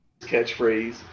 catchphrase